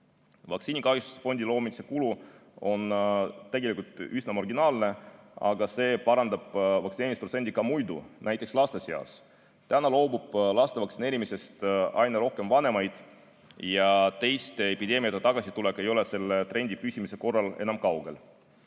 Vaktsiinikahjustuste fondi loomise kulu on tegelikult üsna marginaalne, aga see parandab vaktsineerimise protsenti ka muidu, näiteks laste seas. Täna loobub laste vaktsineerimisest aina rohkem vanemaid ja teiste epideemiate tagasitulek ei ole selle trendi püsimise korral enam kaugel.